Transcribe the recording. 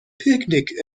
picnic